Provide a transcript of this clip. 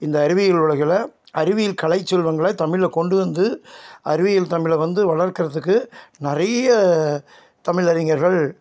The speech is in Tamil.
இந்த அறிவியல் உலகில் அறிவியல் கலை செல்வங்களை தமிழ்ல கொண்டு வந்து அறிவியல் தமிழை வந்து வளர்க்கிறதுக்கு நிறைய தமிழ் அறிஞர்கள்